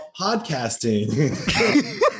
podcasting